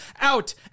out